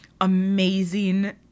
amazing